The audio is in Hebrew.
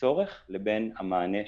צורך לבין המענה שניתן.